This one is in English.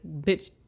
bitch